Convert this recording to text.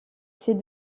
ses